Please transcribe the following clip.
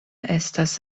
estas